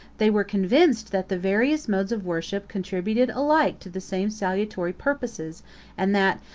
they were convinced that the various modes of worship contributed alike to the same salutary purposes and that,